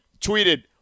tweeted